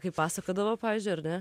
kai pasakodavo pavyzdžiui ar ne